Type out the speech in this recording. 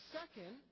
second